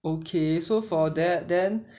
okay so for that then